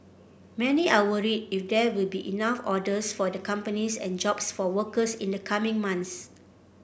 many are worried if there will be enough orders for the companies and jobs for workers in the coming months